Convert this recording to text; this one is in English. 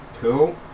Cool